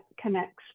connects